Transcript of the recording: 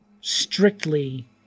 strictly